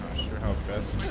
sure how best